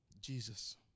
Jesus